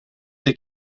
des